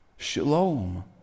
Shalom